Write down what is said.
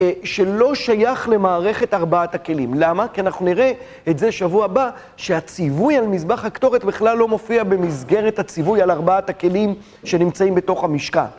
שלא שייך למערכת ארבעת הכלים. למה? כי אנחנו נראה את זה שבוע הבא, שהציווי על מזבח הקטורת בכלל לא מופיע במסגרת הציווי על ארבעת הכלים שנמצאים בתוך המשכן.